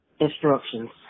instructions